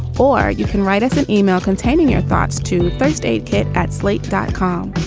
or you can write us an email containing your thoughts to first aid kit at slate dot com.